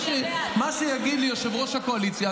מה שיגיד לי יושב-ראש הקואליציה,